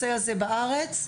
בארץ,